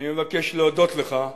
אני מבקש להודות לך,